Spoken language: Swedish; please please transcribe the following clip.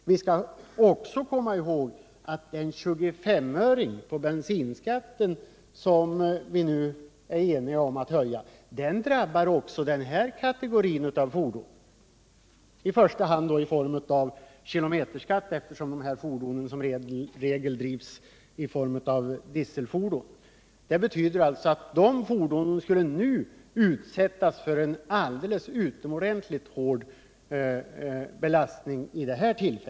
Vi skall också komma ihåg att den 25-öreshöjning av bensinskatten som vi nu är eniga om att genomföra drabbar också denna kategori av fordon, i första hand i form av kilometerskatt, eftersom dessa fordon som regel är dieseldrivna. Det betyder alltså att dessa fordon nu skulle utsättas för en utomordentligt hård belastning.